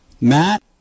Matt